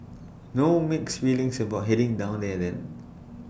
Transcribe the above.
no mixed feelings about heading down there then